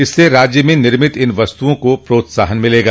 इससे प्रदेश में निर्मित इन वस्तुओं को प्रोत्साहन मिलेगा